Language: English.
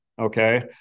okay